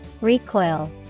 Recoil